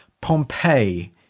Pompeii